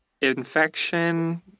infection